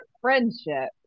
friendship